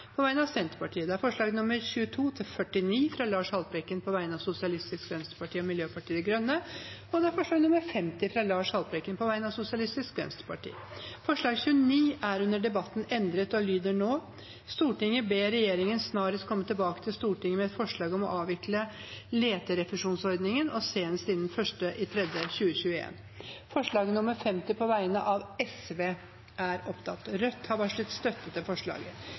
på vegne av Senterpartiet forslagene nr. 22–49, fra Lars Haltbrekken på vegne av Sosialistisk Venstreparti og Miljøpartiet De Grønne forslag nr. 50, fra Lars Haltbrekken på vegne av Sosialistisk Venstreparti Forslag nr. 29 er under debatten endret og lyder nå: «Stortinget ber regjeringen snarest mulig komme tilbake til Stortinget med et forslag om å avvikle leterefusjonsordningen, og senest innen 1. mars 2021.» Det voteres først over forslag nr. 50, fra Sosialistisk Venstreparti. Forslaget lyder: «Stortinget ber regjeringen legge følgende til grunn for utbyggingsprosjekter på norsk kontinentalsokkel: Stortinget samtykker i